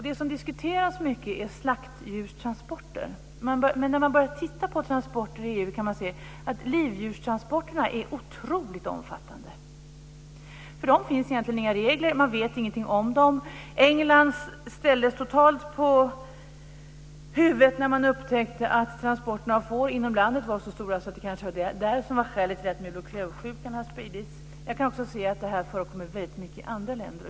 Det som diskuteras mycket är slaktdjurstransporter, men när man börjar titta på transporter i EU kan man se att livdjurstransporterna är otroligt omfattande. För dem finns egentligen inga regler. Man vet ingenting om dem. England ställdes totalt på huvudet när man upptäckte att transporterna av får inom landet var så omfattande att det kanske var det som var skälet till att mul och klövsjukan har spridits. Jag kan också se att det här förekommer väldigt mycket i andra länder.